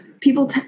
people